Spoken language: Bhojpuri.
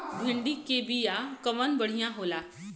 भिंडी के बिया कवन बढ़ियां होला?